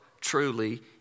truly